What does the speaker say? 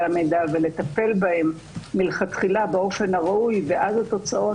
המידע ולטפל בהם מלכתחילה באופן הראוי והתוצאות,